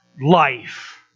life